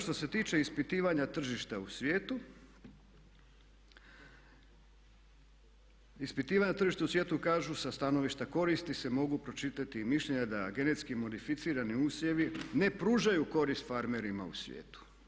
Što se tiče ispitivanja tržišta u svijetu, ispitivanja tržišta u svijetu kažu sa stanovišta koristi se mogu pročitati i mišljenja da genetski modificirani usjevi ne pružaju korist farmerima u svijetu.